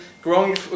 growing